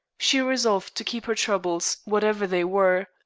she resolved to keep her troubles, whatever they were,